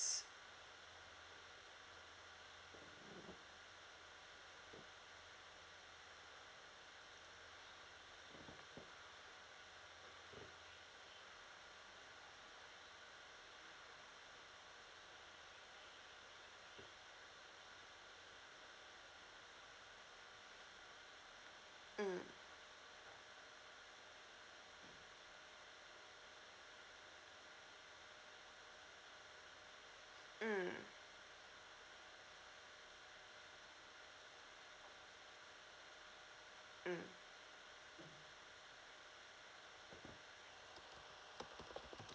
mm mm mm